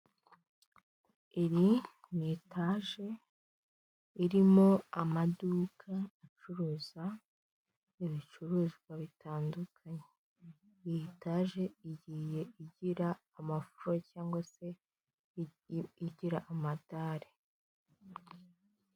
Iri ni itaje irimo amaduka acuruza ibicuruzwa bitandukanyetage. Iyi taje igira amafuro cyangwa se igira amadare.